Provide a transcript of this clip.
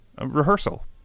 Rehearsal